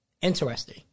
interesting